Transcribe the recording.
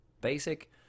basic